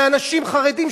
לאנשים חרדים,